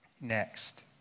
next